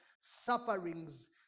sufferings